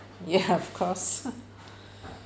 ya of course